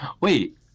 Wait